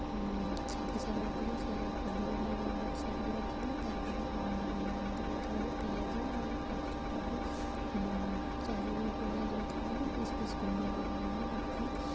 ଛାଙ୍କି ସାଇଲା ପରେ ସେ କୋବି କି ମୋର ଗୋଟେ ସାଇଡ଼୍କି ରଖିଥିଲି ତାପରେ ମାଆ ମୋତେ କହିଥିଲେ ଯେ ପିଆଜ ଆଉ କ୍ୟାପସିକମ୍କୁ ଚାରି କୋଣିଆ ଯେମିତି ହେବ ପିସ୍ ପିସ୍ ଗର ଗର କିନା କାଟିଥିଲି